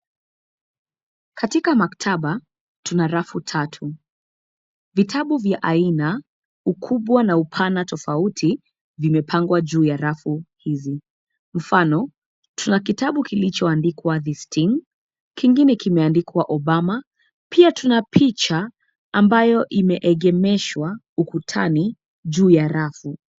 Katika maktaba, tuna rafu tatu. Vitabu vya aina, ukubwa na upana tofauti, vimepangwa juu ya rafu hizi. Mfano, tuna kitabu kilichoandikwa "Thee Sting" kingine kimeandikwa "Obama", pia tuna picha ambayo imeegemeshwa, ukutani, juu ya rafu.